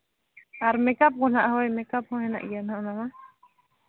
ᱟᱨ makeup ᱠᱚᱦᱟᱸᱜ ᱦᱳᱭ makeup ᱦᱚᱸ ᱢᱮᱱᱟᱜ ᱜᱮᱭᱟ ᱚᱱᱟ ᱢᱟ